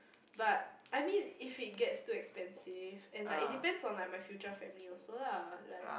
but I mean if it gets too expensive and like it depends on like my future family also lah like